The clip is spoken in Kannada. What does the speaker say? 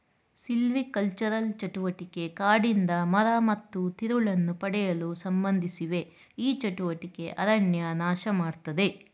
ಸಿಲ್ವಿಕಲ್ಚರಲ್ ಚಟುವಟಿಕೆ ಕಾಡಿಂದ ಮರ ಮತ್ತು ತಿರುಳನ್ನು ಪಡೆಯಲು ಸಂಬಂಧಿಸಿವೆ ಈ ಚಟುವಟಿಕೆ ಅರಣ್ಯ ನಾಶಮಾಡ್ತದೆ